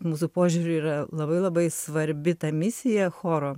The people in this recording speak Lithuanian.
mūsų požiūriu yra labai labai svarbi ta misija choro